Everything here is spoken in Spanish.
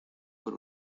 por